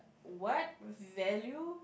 what value